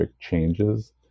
changes